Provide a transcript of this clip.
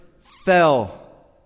fell